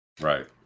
Right